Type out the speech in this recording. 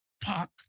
park